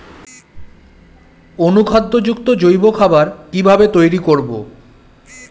অনুখাদ্য যুক্ত জৈব খাবার কিভাবে তৈরি করব?